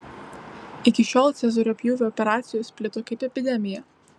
iki šiol cezario pjūvio operacijos plito kaip epidemija